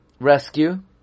rescue